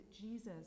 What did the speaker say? Jesus